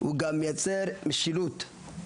היא גם תייצר משילות.